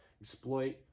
Exploit